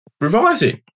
revising